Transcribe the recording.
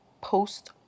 post